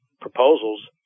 proposals